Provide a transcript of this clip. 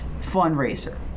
fundraiser